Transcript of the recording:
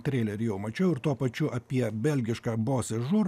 treilerį jau mačiau ir tuo pačiu apie belgišką bosežūr